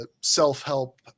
self-help